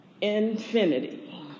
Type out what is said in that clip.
infinity